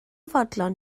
fodlon